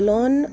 lawn